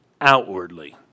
outwardly